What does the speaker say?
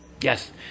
Yes